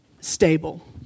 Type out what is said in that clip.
stable